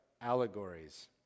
allegories